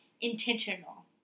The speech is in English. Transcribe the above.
intentional